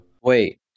Wait